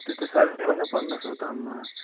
त्यो त साह्रै भएन पन्ध्र सय त आम्मामा